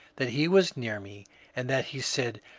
that he was near me and that he said,